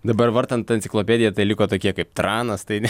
dabar vartant enciklopediją tai liko tokie kaip tranas tai ne